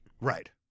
Right